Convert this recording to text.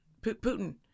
Putin